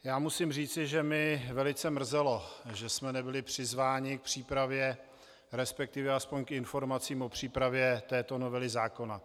Já musím říci, že mě velice mrzelo, že jsme nebyli přizváni k přípravě, resp. aspoň k informacím o přípravě této novely zákona.